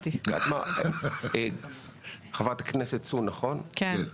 לימור סון הר מלך (עוצמה יהודית): אני רוצה הבנתי.